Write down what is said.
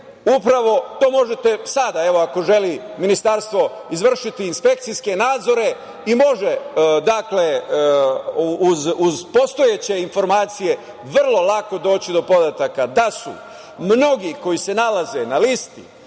upravo… Možete sada, ako želi Ministarstvo, izvršiti inspekcijske nadzore i može se, uz postojeće informacije, vrlo lako doći do podataka da su mnogi koji se nalaze na listi,